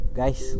guys